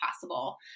possible